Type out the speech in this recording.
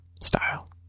Style